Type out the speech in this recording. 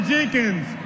Jenkins